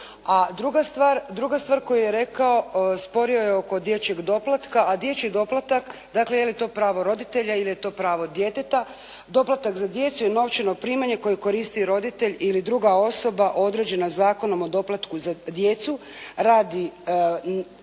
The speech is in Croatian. druga stvar koju je rekao, sporio je oko dječjeg doplatka, a dječju doplatak, dakle je li to pravo roditelja ili je to pravo djeteta. Doplatak za djecu je novčano primanje koje koristi roditelj ili druga osoba određena Zakonom o doplatku za djecu radi potpore,